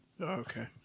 Okay